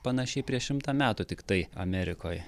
panašiai prieš šimtą metų tiktai amerikoj